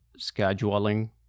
scheduling